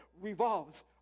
revolves